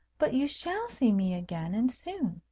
but you shall see me again, and soon.